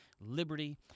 liberty